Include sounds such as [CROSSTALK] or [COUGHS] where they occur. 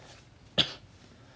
[COUGHS]